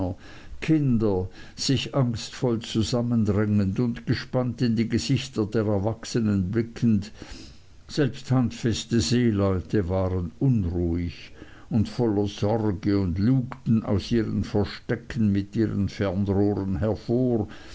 kinder sich angstvoll zusammendrängend und gespannt in die gesichter der erwachsenen blickend selbst handfeste seeleute waren unruhig und voller sorge und lugten aus ihren verstecken mit ihren fernrohren hervor